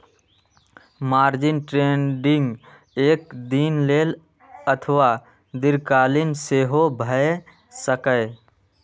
margin trading एक दिन लेल अथवा दीर्घकालीन सेहो भए सकैए